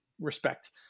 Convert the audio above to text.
respect